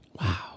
Wow